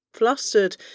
Flustered